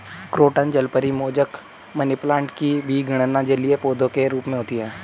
croton जलपरी, mosaic, money plant की भी गणना जलीय पौधे के रूप में होती है